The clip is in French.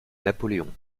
napoléon